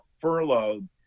furloughed